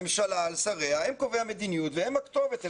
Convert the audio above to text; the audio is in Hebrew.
הממשלה על שריה, הם קובעי המדיניות והם הכתובת.